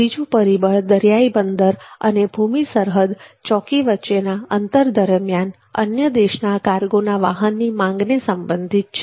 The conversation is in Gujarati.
ત્રીજું પરિબળ દરિયાઈ બંદર અને ભૂમિ સરહદ ચોકી વચ્ચેના અંતર દરમિયાન અન્ય દેશના કાર્ગોના વાહનની માંગને સંબંધિત છે